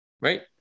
right